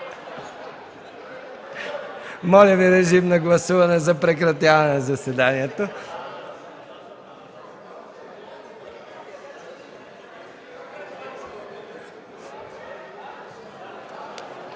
Моля Ви, режим на гласуване за прекратяване на заседанието.